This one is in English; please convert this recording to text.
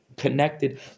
Connected